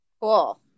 Cool